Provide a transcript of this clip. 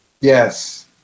Yes